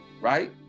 right